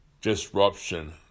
disruption